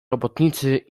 robotnicy